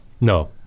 no